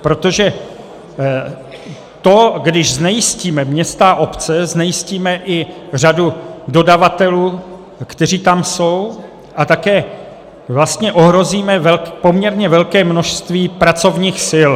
Protože to, když znejistíme města a obce, znejistíme i řadu dodavatelů, kteří tam jsou, a také vlastně ohrozíme poměrně velké množství pracovních sil.